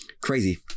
Crazy